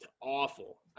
awful